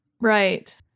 right